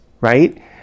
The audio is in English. right